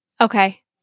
Okay